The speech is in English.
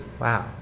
Wow